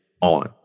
on